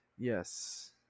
Yes